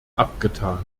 abgetan